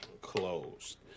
closed